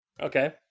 Okay